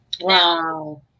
Wow